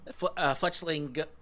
Fletchling